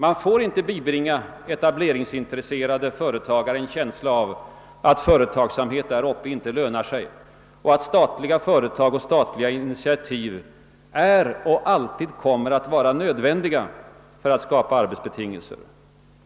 Man får inte bibringa etableringsintresserade företagare en känsla av att företagsamhet där uppe inte lönar sig och att statliga företag och statliga initiativ är och alltid kommer att vara nödvändiga för att skapa arbetsbetingelser.